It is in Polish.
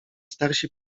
starsi